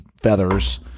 feathers